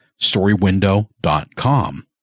storywindow.com